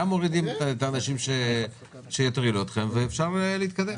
גם מורידים את האנשים שיטרידו אתכם ואפשר להתקדם.